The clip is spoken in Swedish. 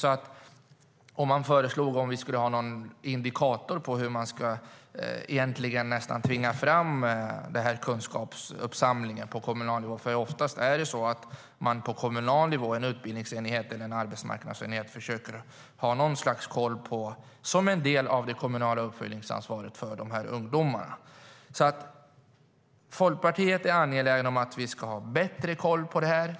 Vi kanske ska ha en indikator på hur man nästan ska tvinga fram kunskapsuppsamlingen på kommunal nivå eftersom man oftast, på en utbildningsenhet eller en arbetsmarknadsenhet, försöker har något slags koll på de här ungdomarna som en del av det kommunala uppföljningsansvaret. Folkpartiet är angeläget om att vi ska bättre koll på det här.